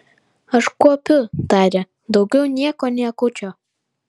aš kuopiu tarė daugiau nieko niekučio